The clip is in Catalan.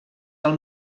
del